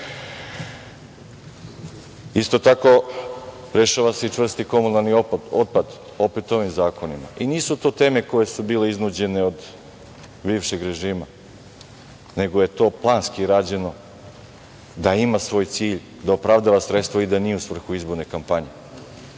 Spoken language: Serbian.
tako, rešava se i čvrsti komunalni otpad, opet ovim zakonima. I nisu to teme koje su bile iznuđene od bivšeg režima, nego je to planski rađeno, da ima svoj cilj, da opravdava sredstva i da nije u svrhu izborne kampanje.Međutim,